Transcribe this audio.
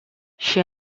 she